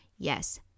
yes